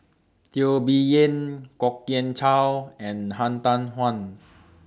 Teo Bee Yen Kwok Kian Chow and Han Tan Juan